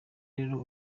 rero